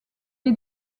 est